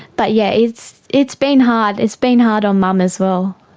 but yeah it's it's been hard, it's been hard on mum as well,